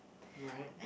right